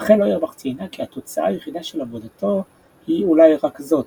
רחל אוירבך ציינה כי "התוצאה היחידה של עבודתו היא אולי רק זאת,